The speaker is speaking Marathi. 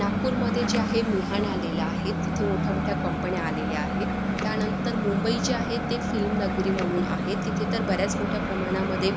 नागपूरमध्ये जे आहे मिहान आलेला आहे तिथे मोठ्या मोठ्या कंपन्या आलेल्या आहेत त्यानंतर मुंबई जे आहे ते फिल्मनगरी म्हणून आहे तिथे तर बऱ्याच मोठ्या प्रमाणामध्ये